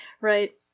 right